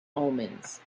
omens